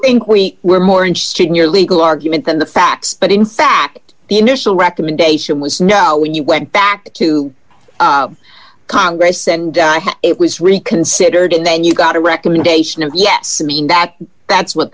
think we were more interested in your legal argument than the fact that in fact the initial recommendation was now when you went back to congress send it was reconsidered and then you got a recommendation and yes i mean that that's what